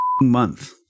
Month